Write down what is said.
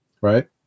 right